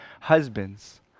Husbands